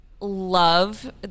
love